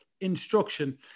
instruction